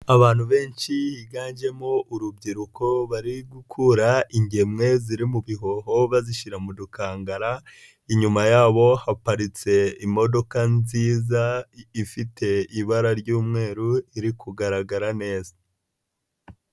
Abantu benshi higanjemo urubyiruko bari gukura ingemwe ziri mu bihoho bazishyira mu dukangara, inyuma yabo haparitse imodoka nziza ifite ibara ry'umweru iri kugaragara neza.